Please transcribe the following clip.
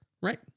Right